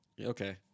Okay